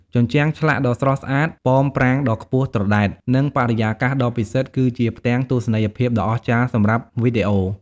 ជញ្ជាំងឆ្លាក់ដ៏ស្រស់ស្អាត ប៉មប្រាង្គដ៏ខ្ពស់ត្រដែត និងបរិយាកាសដ៏ពិសិដ្ឋគឺជាផ្ទាំងទស្សនីយភាពដ៏អស្ចារ្យសម្រាប់វីដេអូ។